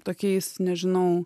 tokiais nežinau